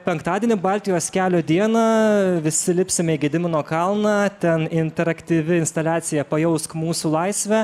penktadienį baltijos kelio dieną visi lipsime į gedimino kalną ten interaktyvi instaliacija pajausk mūsų laisvę